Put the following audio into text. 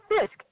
Fisk